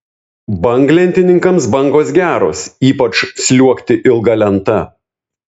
banglentininkams bangos geros ypač sliuogti ilga lenta